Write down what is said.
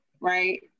right